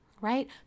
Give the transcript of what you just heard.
right